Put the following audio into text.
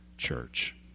church